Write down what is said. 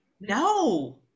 No